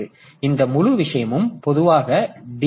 எனவே இந்த முழு விஷயமும் பொதுவாக டி